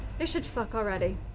they should fuck already.